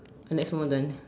and that's almost done